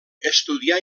estudià